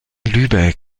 lübeck